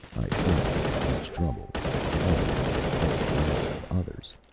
i found it without much trouble along with a whole row of others,